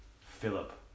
Philip